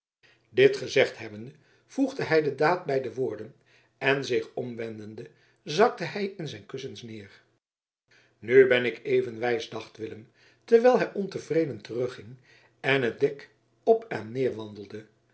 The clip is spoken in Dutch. dit gezegd hebbende voegde hij de daad bij de woorden en zich omwendende zakte hij in zijn kussens neer nu ben ik even wijs dacht willem terwijl hij ontevreden terugging en het dek op en neer wandelde